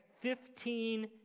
Fifteen